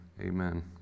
Amen